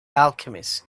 alchemist